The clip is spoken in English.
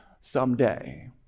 someday